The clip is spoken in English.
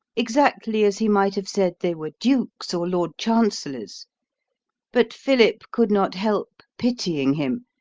exactly as he might have said they were dukes or lord chancellors but philip could not help pitying him,